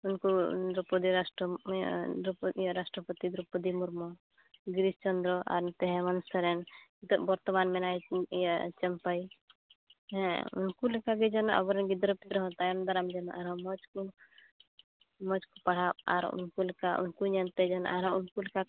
ᱩᱱᱠᱩ ᱫᱨᱳᱯᱚᱫᱤ ᱤᱭᱟᱹ ᱨᱟᱥᱴᱨᱚᱯᱚᱛᱤ ᱫᱨᱳᱯᱚᱫᱤ ᱢᱩᱨᱢᱩ ᱜᱤᱨᱤᱥ ᱪᱚᱱᱫᱨᱚ ᱟᱨ ᱱᱚᱛᱮ ᱦᱮᱢᱚᱱᱛ ᱥᱚᱨᱮᱱ ᱱᱤᱛᱚᱜ ᱵᱚᱨᱛᱚᱢᱟ ᱢᱮᱱᱟᱭ ᱤᱭᱟᱹ ᱪᱟᱹᱢᱯᱟᱹᱭ ᱦᱮᱸ ᱩᱱᱠᱩ ᱞᱮᱠᱟᱜᱮ ᱡᱮᱱᱚ ᱟᱵᱚᱨᱮᱱ ᱜᱤᱫᱽᱨᱟᱹ ᱯᱤᱫᱽᱨᱟᱹ ᱦᱚᱸ ᱛᱟᱭᱚᱢ ᱫᱟᱨᱟᱢ ᱡᱮᱱᱚ ᱟᱨᱦᱚᱸ ᱢᱚᱡᱽ ᱠᱚ ᱢᱚᱡᱽ ᱠᱚ ᱯᱟᱲᱦᱟᱜ ᱟᱨ ᱩᱱᱠᱩ ᱞᱮᱠᱟ ᱩᱱᱠᱩ ᱧᱮᱞᱛᱮ ᱡᱮᱱᱚ ᱟᱨᱦᱚᱸ ᱩᱱᱠᱩ ᱞᱮᱠᱟᱠᱚ